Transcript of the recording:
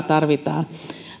tarvitaan ruokaa